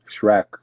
Shrek